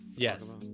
Yes